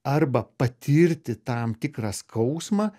arba patirti tam tikrą skausmą